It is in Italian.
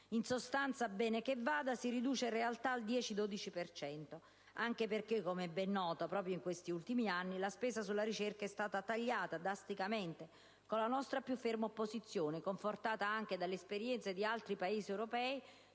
In sostanza, bene che vada, esso si riduce in realtà al 10-12 per cento, anche perché come è ben noto, è proprio in questi ultimi anni che la spesa sulla ricerca è stata drasticamente tagliata da questo Governo con la nostra più ferma opposizione, confortata anche dalle esperienze di altri Paesi europei